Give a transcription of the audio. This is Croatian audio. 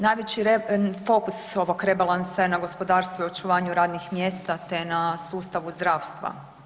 Najveći fokus ovog rebalansa je na gospodarstvo i očuvanje radnih mjesta te na sustavu zdravstva.